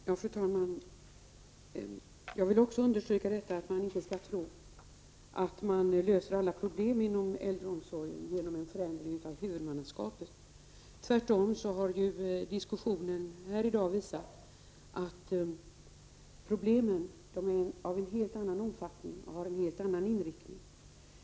Fru talman! Även jag vill understryka att vi inte skall tro att man löser alla problem inom äldreomsorgen genom en förändring av huvudmannaskapet. Tvärtom har ju diskussionen här i dag visat att problemen är av en helt annan omfattning och har en helt annan inriktning.